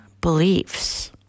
beliefs